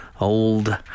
old